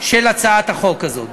של הצעת החוק הזאת.